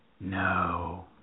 No